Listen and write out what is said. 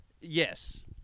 yes